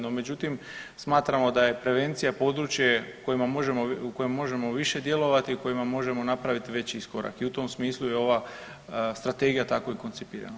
No, međutim smatramo da je prevencija područje u kojem možemo više djelovati, u kojima možemo napraviti veći iskorak i u tom smislu je ova strategija tako i koncipirana.